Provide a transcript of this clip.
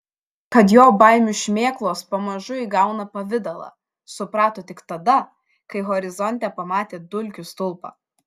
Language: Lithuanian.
kad jo baimių šmėklos pamažu įgauna pavidalą suprato tik tada kai horizonte pamatė dulkių stulpą